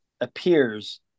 appears